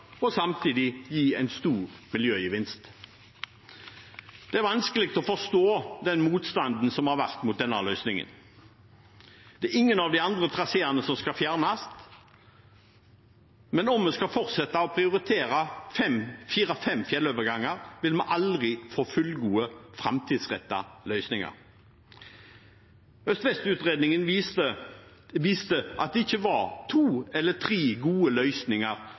og reduserte fraktkostnader, og samtidig gi en stor miljøgevinst. Det er vanskelig å forstå den motstanden som har vært mot denne løsningen. Det er ingen av de andre traseene som skal fjernes, men om vi skal fortsette å prioritere fire–fem fjelloverganger, vil vi aldri få fullgode, framtidsrettede løsninger. Øst–vest-utredningen viste at det ikke var to eller tre gode løsninger,